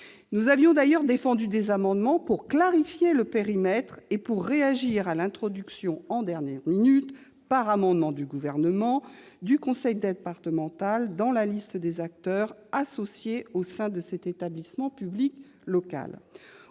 Nous avions d'ailleurs défendu des amendements visant à clarifier le périmètre et à réagir à l'introduction en dernière minute, par amendement du gouvernement, du conseil départemental dans la liste des acteurs associés au sein de cet établissement public local.